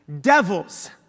devils